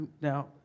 Now